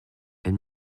elle